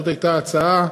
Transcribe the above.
זאת הייתה ההצעה.